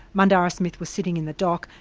mandarra smith was sitting in the dock,